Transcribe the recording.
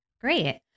great